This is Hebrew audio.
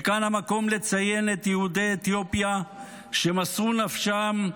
וכאן המקום לציין את יהודי אתיופיה, שמסרו נפשם,